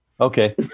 Okay